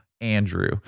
Andrew